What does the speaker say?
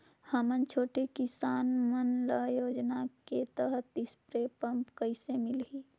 हमन छोटे किसान मन ल योजना के तहत स्प्रे पम्प कइसे मिलही?